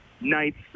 nights